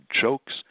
jokes